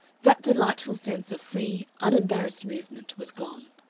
that delightful sense of free, unembarrassed movement was gone.